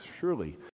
surely